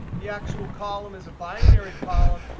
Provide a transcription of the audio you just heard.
the actual column is a binary column.